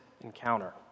encounter